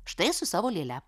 štai su savo lėle